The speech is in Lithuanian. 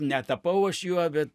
netapau aš juo bet